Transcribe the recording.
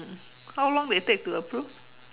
how long they take to approve